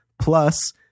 plus